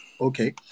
Okay